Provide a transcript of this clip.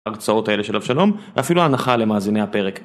הרצאות האלה של אבשלום, ואפילו הנחה למאזיני הפרק.